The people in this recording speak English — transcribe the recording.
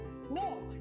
No